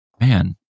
man